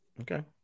Okay